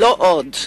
לא עוד.